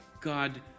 God